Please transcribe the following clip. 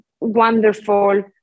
wonderful